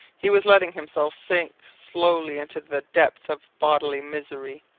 he was letting himself sink slowly into the depths of bodily misery.